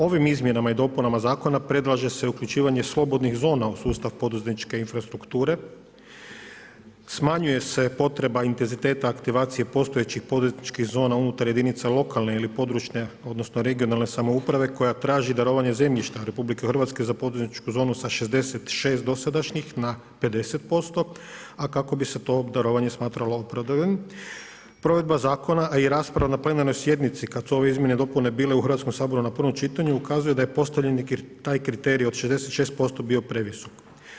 Ovim izmjenama i dopunama zakona predlaže se uključivanje slobodnih zona u sustav poduzetničke infrastrukture, smanjuje se potreba intenziteta aktivacije postojećih poduzetničkih zona unutar jedinica lokalne ili područne, odnosno regionalne samouprave koja traži darovanje zemljišta RH za poduzetničku zonu sa 66 dosadašnjih na 50%, a kako bi se to darovanje smatralo opravdanim, provedba zakona, a i rasprava na plenarnoj sjednici kad su ove izmjene i dopune bile u Hrvatskom saboru na prvom čitanju, ukazuje da je postavljen taj kriterij od 66% bio previsok.